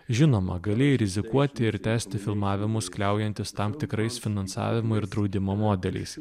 žinoma galėjai rizikuoti ir tęsti filmavimus kliaujantis tam tikrais finansavimo ir draudimo modeliais